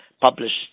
published